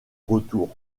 retour